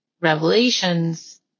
revelations